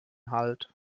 halt